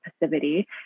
passivity